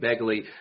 Begley